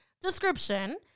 description